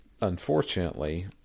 unfortunately